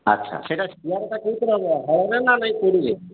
ଆଚ୍ଛା ସେଇଟା କେଉଁଥିରେ ହେବ